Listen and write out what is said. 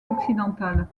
occidentale